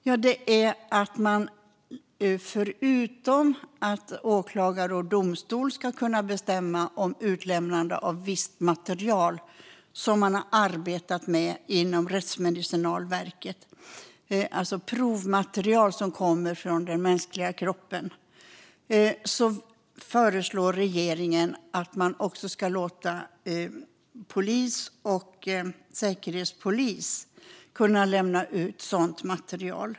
Jo, förutom att åklagare och domstol ska kunna bestämma om utlämnande av visst material som man har arbetat med inom Rättsmedicinalverket - det handlar alltså om provmaterial som kommer från den mänskliga kroppen - föreslår regeringen att även polis och säkerhetspolis ska kunna lämna ut sådant material.